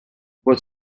what